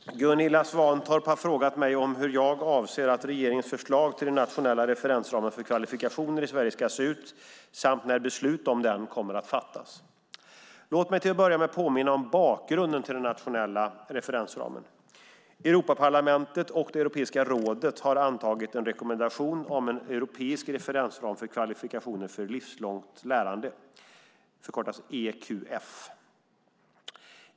Fru talman! Gunilla Svantorp har frågat mig hur jag avser att regeringens förslag till den nationella referensramen för kvalifikationer i Sverige ska se ut samt när beslut om den kommer att fattas. Låt mig till att börja med påminna om bakgrunden till den nationella referensramen. Europaparlamentet och Europeiska rådet har antagit en rekommendation om en europeisk referensram för kvalifikationer för livslångt lärande - EQF.